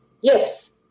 Yes